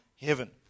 heaven